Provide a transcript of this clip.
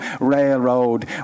railroad